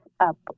up